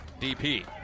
DP